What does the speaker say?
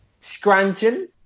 Scranton